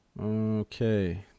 Okay